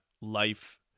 life